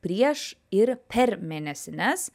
prieš ir per mėnesines